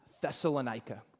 Thessalonica